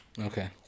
Okay